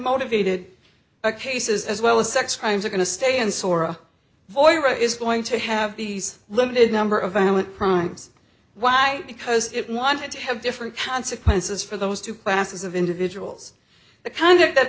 motivated cases as well as sex crimes are going to stay in sora boy is going to have these limited number of violent crimes why because it wanted to have different consequences for those two classes of individuals the